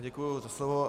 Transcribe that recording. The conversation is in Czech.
Děkuji za slovo.